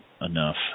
enough